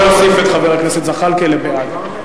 נא להוסיף את חבר הכנסת זחאלקה ל"בעד".